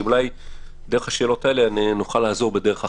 כי אולי דרך השאלות האלה נוכל לעזור בדרך אחרת.